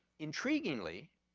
intriguingly,